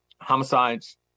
Homicides